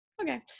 okay